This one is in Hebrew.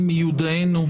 הדיון,